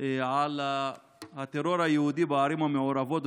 על הטרור היהודי בערים המעורבות,